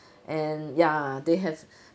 and ya they have